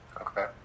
Okay